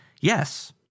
Yes